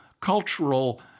cultural